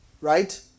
right